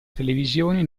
televisione